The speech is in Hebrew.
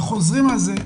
חוזרים על זה,